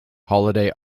holiday